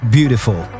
Beautiful